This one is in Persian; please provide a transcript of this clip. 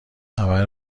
خبر